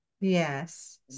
yes